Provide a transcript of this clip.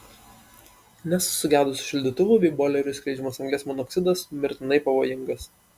nes sugedusių šildytuvų bei boilerių skleidžiamas anglies monoksidas mirtinai pavojingas